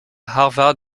harvard